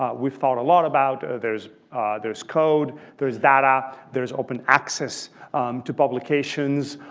ah we've thought a lot about there's there's code, there's data, there's open access to publications.